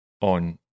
on